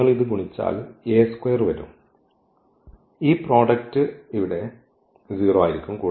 നിങ്ങൾ ഇത് ഗുണിച്ചാൽ വരും ഈ പ്രോഡക്റ്റ് ഇവിടെ 0 ആയിരിക്കും